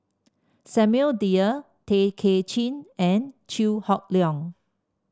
Samuel Dyer Tay Kay Chin and Chew Hock Leong